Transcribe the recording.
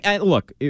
Look